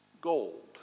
gold